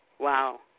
Wow